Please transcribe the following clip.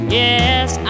yes